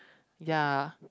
ya